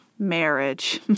Marriage